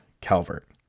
Calvert